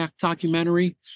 documentary